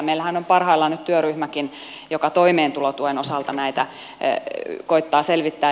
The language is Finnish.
meillähän on parhaillaan nyt työryhmäkin joka toimeentulotuen osalta näitä koettaa selvittää